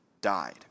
died